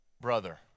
brother